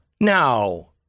Now